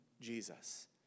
Jesus